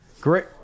Great